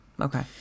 Okay